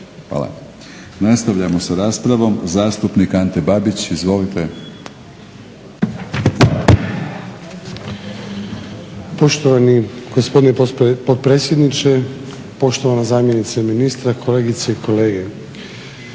Hvala. Nastavljamo s raspravom. Zastupnik Ante Babić. Izvolite. **Babić, Ante (HDZ)** Poštovani gospodine potpredsjedniče, poštovana zamjenice ministra, kolegice i kolege.